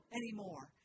anymore